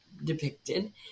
depicted